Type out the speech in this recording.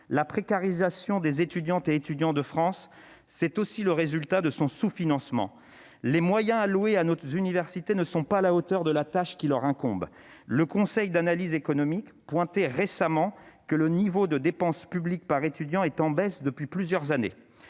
La précarisation des étudiants de France, c'est aussi le résultat de son sous-financement. Les moyens alloués à nos universités ne sont pas à la hauteur de la tâche qui leur incombe ! Le Conseil d'analyse économique pointait récemment que le niveau de dépense publique par étudiant est en baisse depuis plusieurs années.